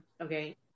Okay